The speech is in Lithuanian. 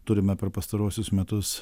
turime per pastaruosius metus